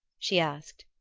she asked.